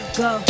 go